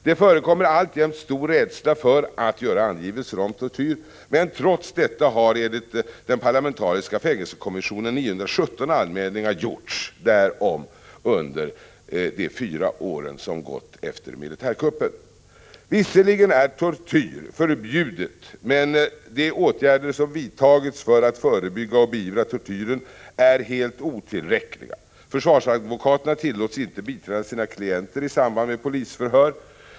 Det förekommer alltjämt stor rädsla för att göra angivelser om tortyr. Men trots detta har enligt den parlamentariska fängelsekommissionen 917 anmälningar gjorts därom under de fyra år som gått efter militärkuppen. Visserligen är tortyr förbjuden, men de åtgärder som vidtagits för att förebygga och beivra tortyren är helt otillräckliga. Försvarsadvokaterna tillåts inte biträda sina klienter i samband med polisförhör.